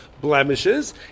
blemishes